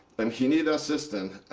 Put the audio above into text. and he need an assistant.